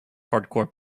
hardcore